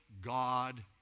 God